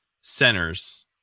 centers